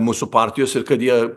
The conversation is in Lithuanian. mūsų partijos ir kad jie